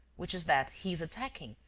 which is that he's attacking,